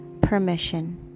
permission